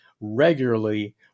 regularly